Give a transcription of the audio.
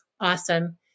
awesome